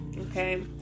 Okay